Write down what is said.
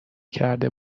کرده